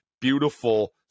beautiful